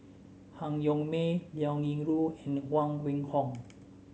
Han Yong May Liao Yingru and Huang Wenhong